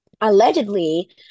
allegedly